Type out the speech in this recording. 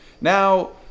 Now